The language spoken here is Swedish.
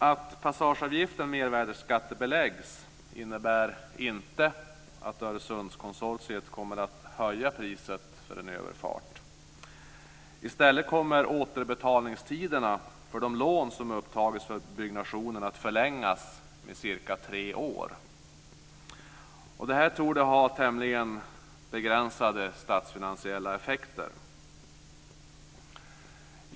Att passageavgiften mervärdesskattebeläggs innebär inte att Öresundskonsortiet kommer att höja priset för en överfart. I stället kommer återbetalningstiderna för de lån som upptagits för byggnationen att förlängas med cirka tre år. Detta torde ha tämligen begränsade statsfinansiella effekter.